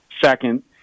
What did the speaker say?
second